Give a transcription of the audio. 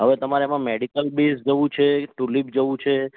હવે તમારે એમાં મેડિકલ બેઝ જવું છે ટુલીપ જવું છે